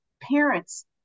parents